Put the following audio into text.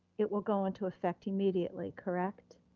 it will go into effect immediately, correct?